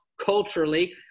culturally